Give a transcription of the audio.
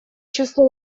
число